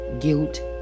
Guilt